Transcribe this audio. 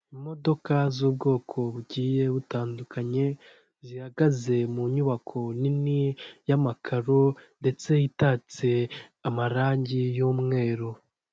Imodoka z'ubwoko bugiye butandukanye zihagaze mu nyubako nini y'amakaro ndetse itatse amarangi y'umweru.